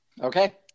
Okay